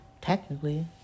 Technically